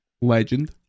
Legend